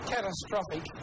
Catastrophic